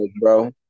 bro